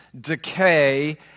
decay